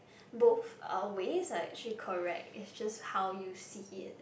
both of our ways like she correct it's just how you see it right